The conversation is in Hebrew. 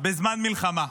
בזמן מלחמה.